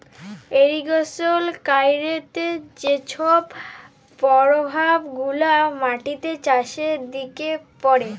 irrigation ক্যইরতে যে ছব পরভাব গুলা মাটিতে, চাষের দিকে পড়ে